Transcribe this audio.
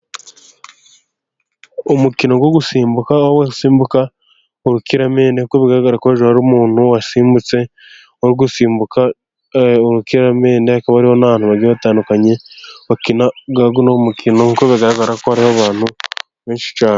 Umukino wo gusimbuka aho basimbuka urukiramende, kuko bigaragara ko hejuru hari umuntu wasimbutse uri gusimbuka urukiramende, hakaba hariho n'abantu bagiye batandukanye bakina uyu mukino, kuko bigaragara ko hariho abantu benshi cyane.